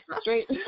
straight